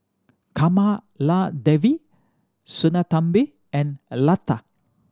Kamaladevi Sinnathamby and Lata